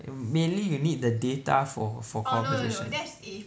mainly you need the data for for conversation